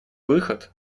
выход